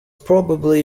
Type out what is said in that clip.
probably